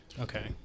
okay